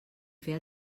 fer